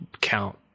count